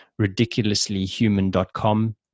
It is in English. ridiculouslyhuman.com